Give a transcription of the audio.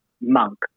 monk